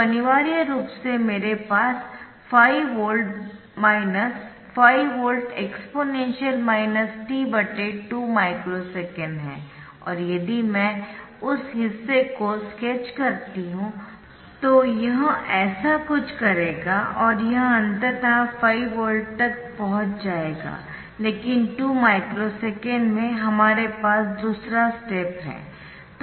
तो अनिवार्य रूप से मेरे पास 5V 5V exp t 2 micro second है और यदि मैं उस हिस्से को स्केच करती हूं तो यह ऐसा कुछ करेगा और यह अंततः 5 वोल्ट तक पहुंच जाएगा लेकिन 2 माइक्रो सेकेंड में हमारे पास दूसरा स्टेप है